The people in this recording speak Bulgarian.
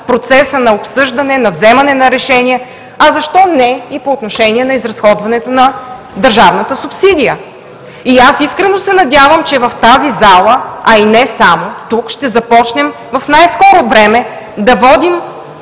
процеса на обсъждане, на вземане на решения, а защо не и по отношение на изразходването на държавната субсидия. Аз искрено се надявам, че в тази зала, а и не само, тук ще започнем в най-скоро време да водим